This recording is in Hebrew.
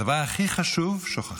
את הדבר הכי חשוב שוכחים,